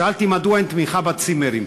שאלתי: מדוע אין תמיכה בצימרים?